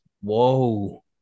Whoa